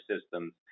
systems